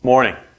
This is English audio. Morning